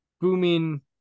booming